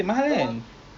ya I mean